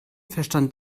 verstand